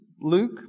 Luke